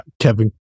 kevin